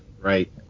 right